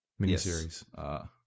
miniseries